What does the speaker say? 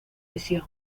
visión